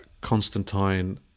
Constantine